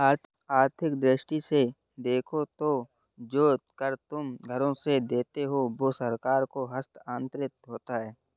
आर्थिक दृष्टि से देखो तो जो कर तुम घरों से देते हो वो सरकार को हस्तांतरित होता है